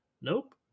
Nope